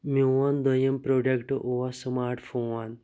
میٛون دوٚیِم پرٛوڈَکٹ اوس سُماٹ فون